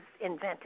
invented